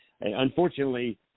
unfortunately